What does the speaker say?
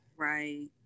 Right